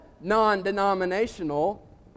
non-denominational